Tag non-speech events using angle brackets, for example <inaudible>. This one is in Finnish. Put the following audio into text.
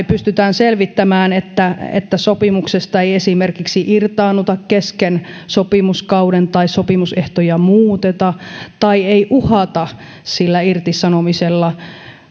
<unintelligible> pystytään selvittämään että että sopimuksesta ei esimerkiksi irtaannuta kesken sopimuskauden tai sopimusehtoja muuteta tai ei uhata sillä irtisanomisella